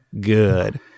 good